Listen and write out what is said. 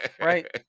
right